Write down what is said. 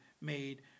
made